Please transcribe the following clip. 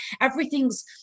Everything's